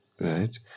right